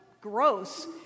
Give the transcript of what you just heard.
gross